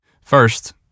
First